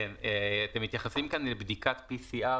אתם מתייחסים כאן לבדיקת PCR,